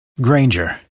Granger